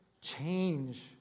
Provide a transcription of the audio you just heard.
change